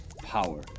power